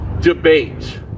debate